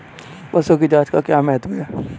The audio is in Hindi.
पशुओं की जांच का क्या महत्व है?